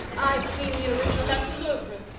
i've seen the original at the louvre.